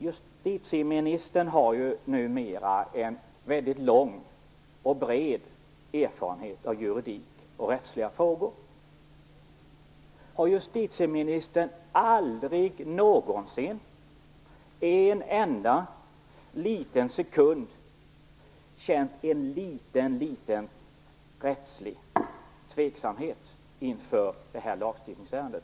Justitieministern har ju numera en väldigt lång och bred erfarenhet av juridik och rättsliga frågor. Har justitieministern aldrig någonsin, en enda sekund, känt en liten rättslig tveksamhet inför det här lagstiftningsärendet?